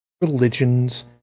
religion's